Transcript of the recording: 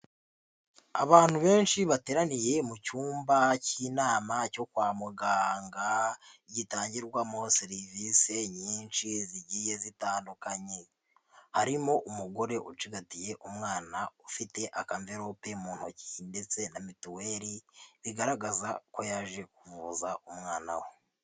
Abantu benshi bateraniye mu cyumba cy'inama cyo kwa muganga, gitangirwamo serivisi nyinshi zigiye zitandukanye, harimo umugore ucigatiye umwana ufite akamverope mu ntoki ndetse na mituweli, bigaragaza ko yaje kuvuza umwana we.